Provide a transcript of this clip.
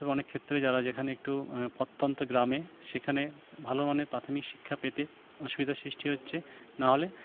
তবে অনেক ক্ষেত্রে যারা যেখানে একটু প্রত্যন্ত গ্রামে সেখানে ভালো মানের প্রাথমিক শিক্ষা পেতে অসুবিধার সৃষ্টি হচ্ছে নাহলে